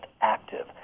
active